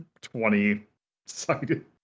twenty-sided